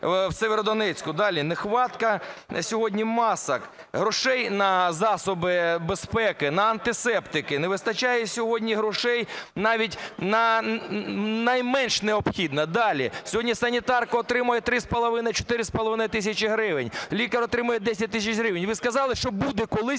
в Сєвєродонецьку? Далі. Нехватка сьогодні масок, грошей на засоби безпеки, на антисептики, не вистачає сьогодні грошей навіть на найменш необхідне. Далі. Сьогодні санітарка отримує 3,5-4,5 тисячі гривень, лікар отримує 10 тисяч гривень, ви сказали, що буде колись